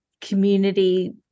community